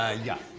ah yeah.